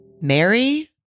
Mary